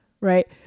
Right